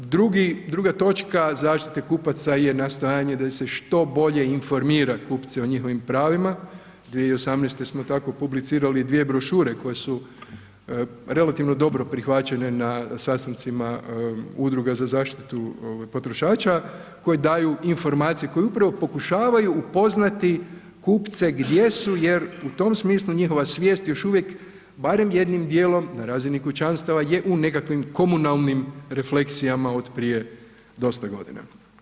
Drugi, druga točka zaštite kupaca nastojanje da ih se što bolje informira kupce o njihovim pravima 2018. smo tako publicirali dvije brošure koje su relativno dobro prihvaćane na sastancima udruga za zaštitu potrošača koje daju informacije koje upravo pokušavaju upoznati kupce gdje su jer u tom smislu njihova svijest još uvijek barem jednim djelom razini kućanstava je u nekakvim komunalnim refleksijama od prije dosta godina.